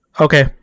okay